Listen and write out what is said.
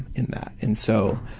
in that, and so,